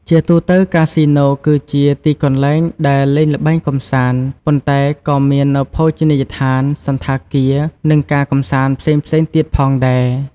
ជាទូទៅ កាស៊ីណូគឺជាទីកន្លែងដែលលេងល្បែងកម្សាន្ត ប៉ុន្តែក៏មាននូវភោជនីយដ្ឋាន សណ្ឋាគារ និងការកម្សាន្តផ្សេងៗទៀតផងដែរ ។